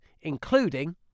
including